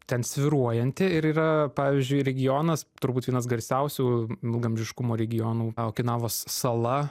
ten svyruojanti ir yra pavyzdžiui regionas turbūt vienas garsiausių ilgaamžiškumo regionų okinavos sala